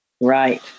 Right